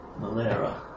Malera